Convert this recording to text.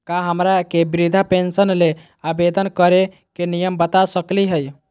का हमरा के वृद्धा पेंसन ल आवेदन करे के नियम बता सकली हई?